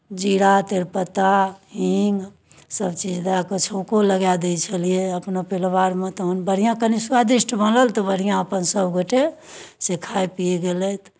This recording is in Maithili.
जीरा तरिपत्ता हीङ्ग सभचीज दए कऽ छौँको लगाए दै छलियै अपना परिवारमे तखन बढ़िआँ कनि स्वादिष्ट बनल तऽ बढ़िआँ अपन सभगोटे से खाइ पियै गेलथि